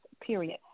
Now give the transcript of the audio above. period